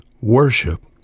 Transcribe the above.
worship